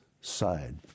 side